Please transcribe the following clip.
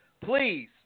please